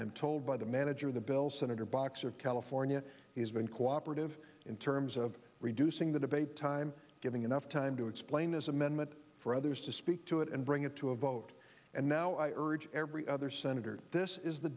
i'm told by the manager of the bill senator boxer of california he has been cooperative in terms of reducing the debate time giving enough time to explain his amendment for others to speak to it and bring it to a vote and now i urge every other senator this is the